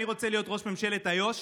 אני רוצה להיות ראש ממשלת איו"ש.